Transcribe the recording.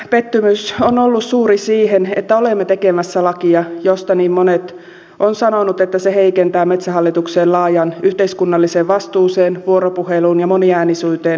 pettymys on ollut suuri siihen että olemme tekemässä lakia josta niin monet ovat sanoneet että se heikentää metsähallituksen laajaan yhteiskunnalliseen vastuuseen vuoropuheluun ja moniäänisyyteen nojaavaa toimintamallia